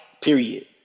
Period